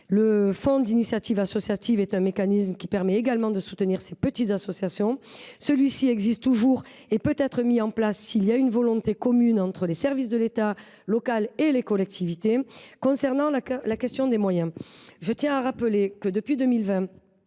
Le fonds d’initiatives associatives est un mécanisme qui permet également de soutenir les petites associations. Celui ci existe toujours et peut être mis en place s’il existe une volonté commune entre les services de l’État local et les collectivités. En ce qui concerne la question des moyens, je tiens à rappeler que, depuis 2020,